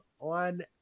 on